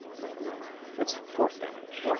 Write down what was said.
and like um and it's force damage.